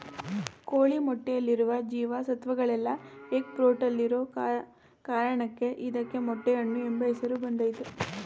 ಕೋಳಿ ಮೊಟ್ಟೆಯಲ್ಲಿರುವ ಜೀವ ಸತ್ವಗಳೆಲ್ಲ ಎಗ್ ಫ್ರೂಟಲ್ಲಿರೋ ಕಾರಣಕ್ಕೆ ಇದಕ್ಕೆ ಮೊಟ್ಟೆ ಹಣ್ಣು ಎಂಬ ಹೆಸರು ಬಂದಯ್ತೆ